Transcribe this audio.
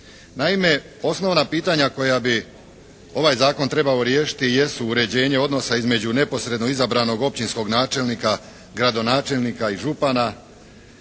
Naime osnovna pitanja koja bi ovaj zakon trebao riješiti jesu uređenje odnosa između neposredno izabranog općinskog načelnika, gradonačelnika i župana